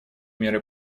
меры